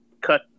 cut